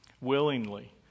willingly